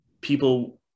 people